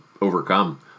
overcome